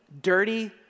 dirty